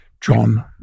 John